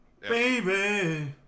Baby